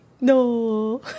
no